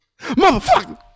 motherfucker